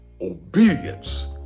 Obedience